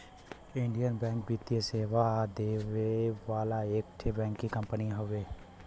Indian bank वित्तीय सेवा देवे वाला एक ठे बैंकिंग कंपनी हउवे